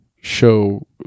show